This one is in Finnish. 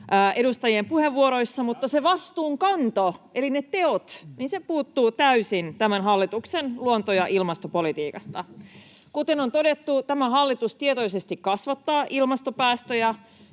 edustajien puheenvuoroissa, mutta se vastuunkanto, eli ne teot, puuttuu täysin tämän hallituksen luonto- ja ilmastopolitiikasta. Kuten on todettu, tämä hallitus tietoisesti kasvattaa ilmastopäästöjä,